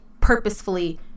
purposefully